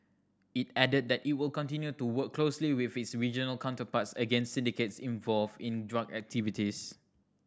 it added that it will continue to work closely with its regional counterparts against syndicates involved in drug activities